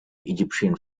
egyptian